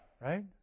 Right